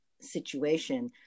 situation